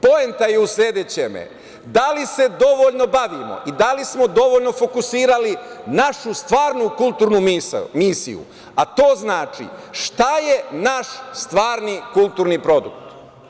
Poenta je u sledećem, da li se dovoljno bavimo i da li smo dovoljno fokusirali našu stvarnu kulturnu misiju, a to znači šta je naš stvarni kulturni produkt.